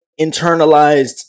internalized